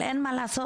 אבל אין מה לעשות,